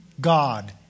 God